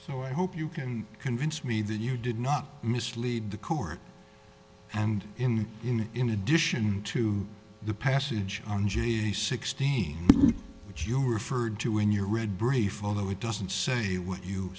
so i hope you can convince me that you did not mislead the court and in you know in addition to the passage on j sixteen which you referred to in your read brief although it doesn't say what you